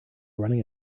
running